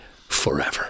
forever